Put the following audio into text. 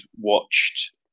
watched